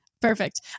Perfect